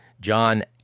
John